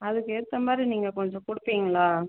அதுக்கு ஏற்ற மாதிரி நீங்கள் கொஞ்சம் கொடுப்பீங்களா